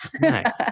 nice